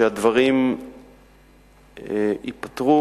שהדברים ייפתרו.